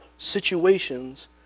situations